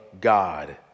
God